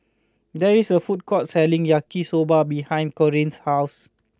there is a food court selling Yaki Soba behind Corrine's house